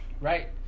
right